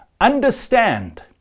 understand